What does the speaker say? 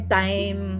time